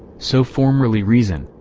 so formerly reason,